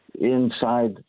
inside